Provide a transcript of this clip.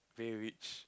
very rich